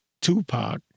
Tupac